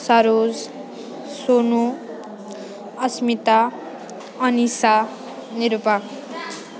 Saroj Sonu Asmita Anisha Nirupa